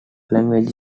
language